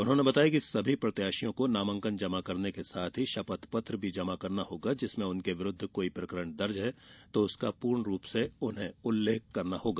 उन्होंने बताया कि सभी प्रत्याशियों को नामांकन जमा करने के साथ ही शपथ पत्र जमा करना होगा जिसमें उनके विरुद्ध कोई प्रकरण दर्ज हैं तो उसका पूर्ण रूप से उल्लेख करना होगा